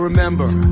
Remember